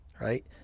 Right